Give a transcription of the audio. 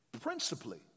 principally